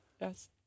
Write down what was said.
Yes